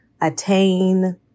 attain